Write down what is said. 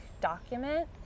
document